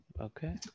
Okay